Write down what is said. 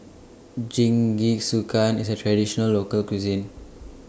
Jingisukan IS A Traditional Local Cuisine